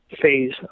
phase